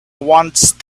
once